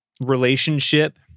relationship